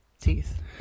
teeth